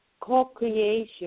co-creation